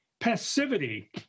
passivity